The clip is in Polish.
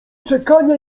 czekanie